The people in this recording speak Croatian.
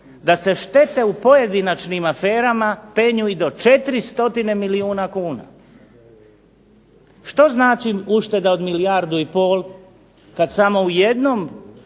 da se štete u pojedinačnim aferama penju i do 400 milijuna kuna. Što znači ušteda od milijardu i pol kada samo u jednom